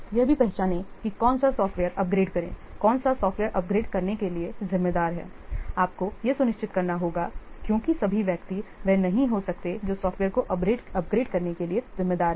यह भी पहचानें कि कौन सा सॉफ़्टवेयर अपग्रेड करें कौन सा सॉफ़्टवेयर अपग्रेड करने के लिए ज़िम्मेदार है आपको यह सुनिश्चित करना होगा क्योंकि सभी व्यक्ति वह नहीं हो सकते जो सॉफ़्टवेयर को अपग्रेड करने के लिए ज़िम्मेदार है